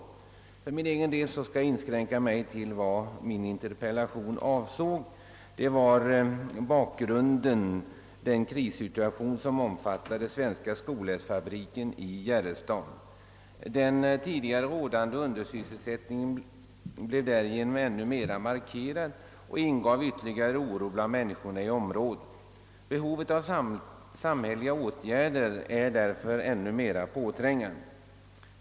För min del skall jag inskränka mig till att säga några ord närmast mot bakgrund av den krissituation vid AB Svenska skolästfabriken i Järrestad som gjorde att jag framställde min interpellation. Den tidigare rådande undersysselsättningen inom området blev genom krisen för Skolästfabriken än mera markerad och oron bland människorna ökade. Behovet av samhälleliga åtgärder har sålunda blivit ännu mera påträngande.